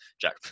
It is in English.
Jack